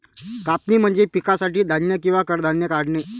कापणी म्हणजे पिकासाठी धान्य किंवा कडधान्ये काढणे